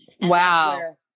Wow